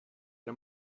era